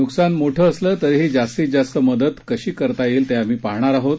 नुकसान मोठं असलं तरीही जास्तीत जास्त मदत कशी करता येईल ते आम्ही पहाणार आहोत